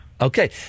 Okay